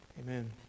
Amen